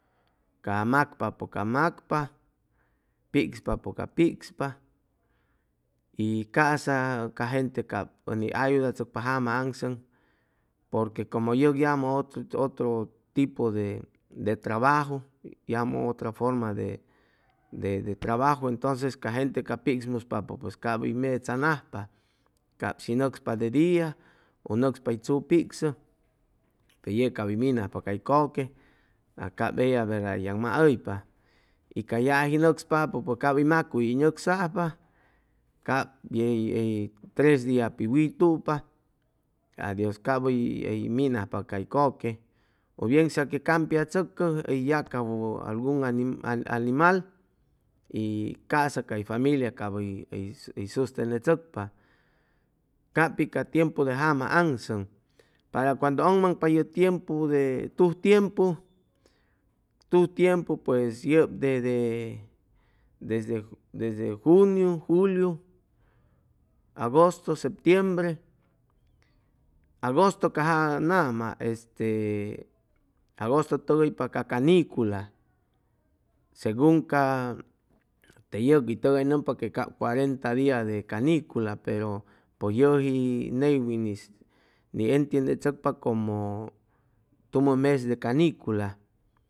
Ca macpapʉ ca macpa piczpapʉ cap piczpa y ca'sa ca gente cap ʉni ayudachʉcpa jama aŋsʉŋ porque como yeg yamʉ otro otro tipo de de tranaju yamʉ otra forma de de tarbaju entonces ca gente ca piczmuspa pues cap hʉy mechanajpa cap shi nʉcspa de dia u nʉcspa huy tzu piczʉ pe yeg cap hʉy minajpa cay kʉque a cap eya verda yagmahʉypa y yaji nʉcspapʉ pues cap hʉy macuy hʉy nʉcsajpa cap yei tres dia pit witupa adios cap hʉy hʉy minajpa cay kʉque o bien sea que cap campiachʉcʉ yacajwʉ algun animal animal y ca'sa cay faliia cap hʉy hʉy sustenechʉcpa cap pi ca tiempu de jama aŋsʉŋ para cuando ʉŋmaŋpa ye tiempu de tuj tiempu tuj tiempu pues yʉp de desde juniu, juliu, agosto, septiembre agosto ca nama este agosto tʉgʉypa ca canicula segun ca te yʉqui tʉgay nʉmpa cuarenta dia de caniciula pero pʉj yʉji neywin'is ni entiendechʉcpa como como tumʉ mes de canicula